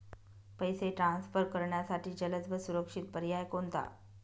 पैसे ट्रान्सफर करण्यासाठी जलद व सुरक्षित पर्याय कोणता?